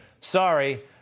sorry